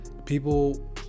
people